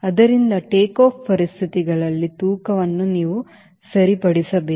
ಆದ್ದರಿಂದ take off ಪರಿಸ್ಥಿತಿಗಳಲ್ಲಿ ತೂಕವನ್ನು ನೀವು ಸರಿಪಡಿಸಬೇಕು